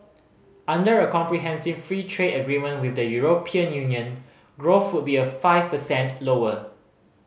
under a comprehensive free trade agreement with the European Union growth would be five percent lower